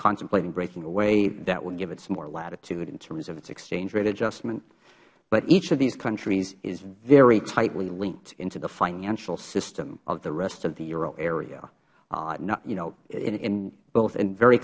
contemplating breaking away that would give it some more latitude in terms of its exchange rate adjustment but each of these countries is very tightly linked into the financial system of the rest of the euro area you know both in very